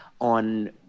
on